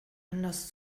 anders